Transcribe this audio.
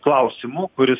klausimu kuris